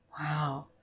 Wow